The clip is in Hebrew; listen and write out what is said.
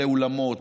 בעלי אולמות,